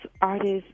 artists